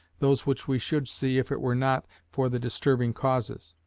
those which we should see if it were not for the disturbing causes?